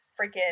freaking